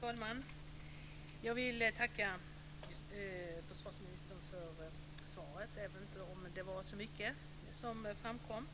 Fru talman! Jag vill tacka försvarsministern för svaret. Jag vet inte om det var så mycket som framkom.